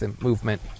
movement